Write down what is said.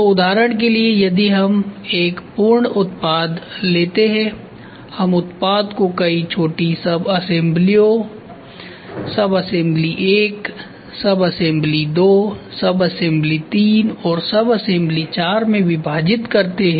तो उदाहरण के लिए यदि हम एक पूर्ण उत्पाद लेते हैं हम उत्पाद को कई छोटी सबअसेम्बलीओं सबअसेम्बली 1 सबअसेम्बली 2 सबअसेम्बली 3 और सबअसेम्बली 4 में विभाजित करते हैं